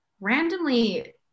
randomly